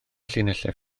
llinellau